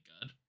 good